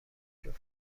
جفت